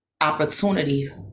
opportunity